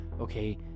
okay